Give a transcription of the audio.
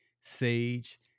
Sage